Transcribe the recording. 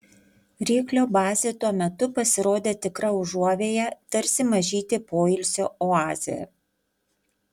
ryklio bazė tuo metu pasirodė tikra užuovėja tarsi mažytė poilsio oazė